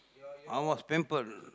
I was pampered